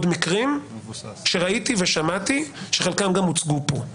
מקרים שראיתי ושמעתי שחלקם גם הוצגו פה.